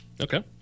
okay